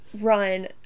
run